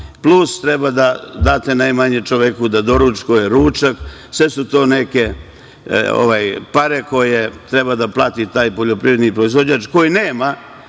plus treba da date najmanje čoveku da doručkuje, ruča. Sve su to neke pare koje treba da plati taj poljoprivredni proizvođač, koji nema